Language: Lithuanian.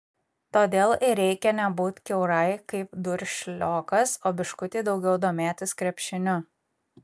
todėl ir reikia nebūt kiaurai kaip duršliokas o biškutį daugiau domėtis krepšiniu